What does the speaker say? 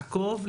לעקוב,